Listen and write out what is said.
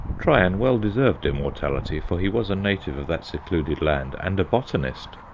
trian well deserved immortality, for he was a native of that secluded land and a botanist!